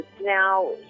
Now